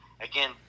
Again